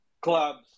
clubs